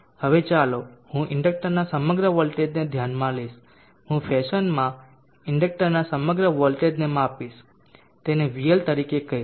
હવે ચાલો હું ઇન્ડક્ટરના સમગ્ર વોલ્ટેજને ધ્યાનમાં લઈશ હું ફેશનમાં ઇન્ડક્ટરના સમગ્ર વોલ્ટેજને માપીશ તેને Vl તરીકે કહીશ